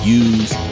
use